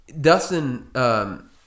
Dustin –